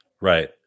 Right